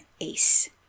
Ace